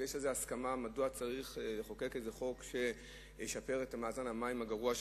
ויש על זה הסכמה מדוע צריך לחוקק חוק שישפר את מאזן המים הגרוע,